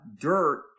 dirt